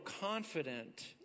confident